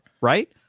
Right